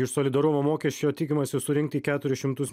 iš solidarumo mokesčio tikimasi surinkti keturis šimtus